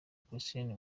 koscielny